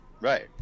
right